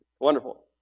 Wonderful